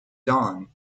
don